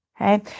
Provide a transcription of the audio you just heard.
Okay